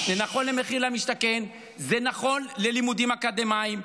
זה נכון ללימודים אקדמיים.